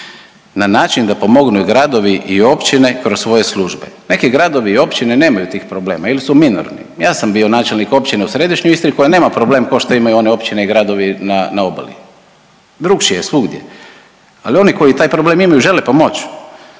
na način da pomognu i gradovi i općine kroz svoje službe. Neki gradovi i općine nemaju tih problema ili su minorni. Ja sam bio načelnik općine u središnjoj Istri koja nema problem kao što imaju one općine i gradovi na obali. Drukčije je svugdje. Ali oni koji taj problem imaju žele pomoć,